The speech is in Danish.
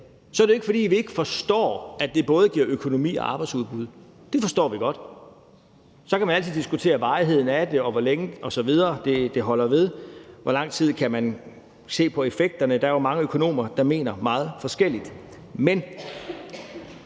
er det jo ikke, fordi vi ikke forstår, at det både giver økonomi og arbejdsudbud. Det forstår vi godt. Så kan man altid diskutere varigheden af det, hvor længe det holder ved, og hvor længe man kan se effekterne osv. Der er jo mange økonomer, der mener meget forskelligt om